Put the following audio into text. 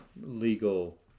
legal